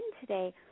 today